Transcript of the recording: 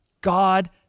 God